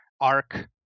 arc